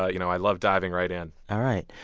ah you know, i love diving right in all right.